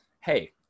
hey